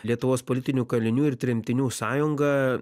lietuvos politinių kalinių ir tremtinių sąjunga